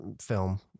film